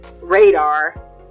radar